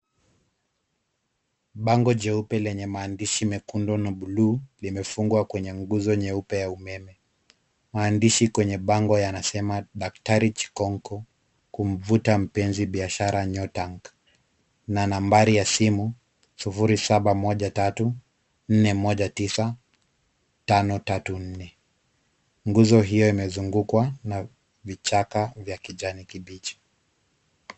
Bango jeupe lenye maandishi mekundu na bluu, limefungwa kwenye nguzo nyeupe ya umeme. Maandishi kwenye bango yanasema Daktari Chikunko kumvuta mpenzi, bashara, Nyota. Na nambari ya simu 0713419534. nguzo hiyo imezungukwa na vichaka vya kijani kibichi.